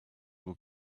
will